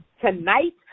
Tonight